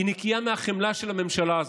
היא נקייה מהחמלה של הממשלה הזאת,